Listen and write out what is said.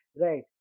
right